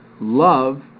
love